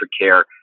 care